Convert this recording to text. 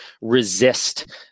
resist